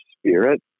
spirit